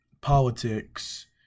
politics